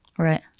right